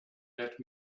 let